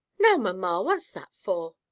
now, mamma! what's that for?